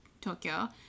Tokyo